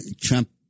Trump